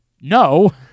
no